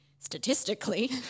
statistically